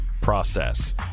process